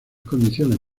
condiciones